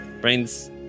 Brains